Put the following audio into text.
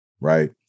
right